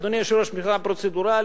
אדוני היושב-ראש, מלה פרוצדורלית.